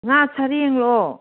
ꯉꯥ ꯁꯔꯦꯡꯂꯣ